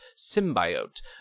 Symbiote